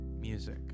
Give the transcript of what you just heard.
music